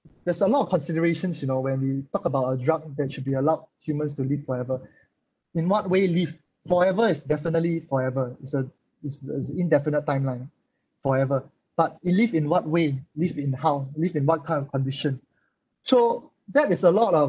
there's a lot of considerations you know when we talk about a drug that should be allowed humans to live forever in what way live forever is definitely forever it's a it's a it's indefinite timeline forever but live in what way live in how live in what kind of condition so that is a lot of